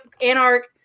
anarch